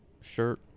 shirt